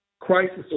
crisis